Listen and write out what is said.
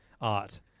art